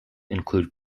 include